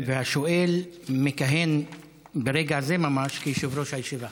השואל מכהן ברגע זה ממש כיושב-ראש הישיבה.